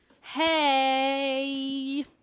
hey